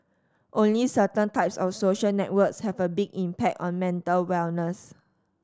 only certain types of social networks have a big impact on mental wellness